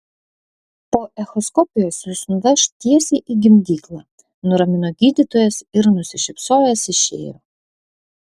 po echoskopijos jus nuveš tiesiai į gimdyklą nuramino gydytojas ir nusišypsojęs išėjo